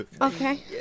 Okay